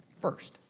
First